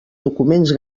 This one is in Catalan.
documents